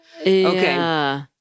Okay